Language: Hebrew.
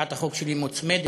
הצעת החוק שלי מוצמדת